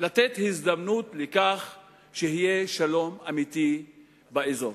לתת הזדמנות לכך שיהיה שלום אמיתי באזור.